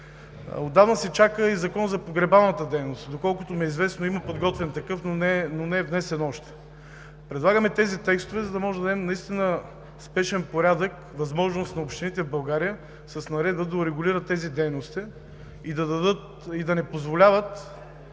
Отдавна се чака и Закон за погребалната дейност. Доколкото ми е известно, има подготвен такъв, но не е внесен още. Предлагаме тези текстове, за да можем да дадем в спешен порядък възможност на общините в България с наредба да урегулират тези дейности и да не позволяват